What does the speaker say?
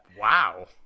wow